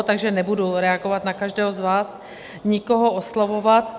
Takže nebudu reagovat na každého z vás, nikoho oslovovat.